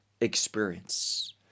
experience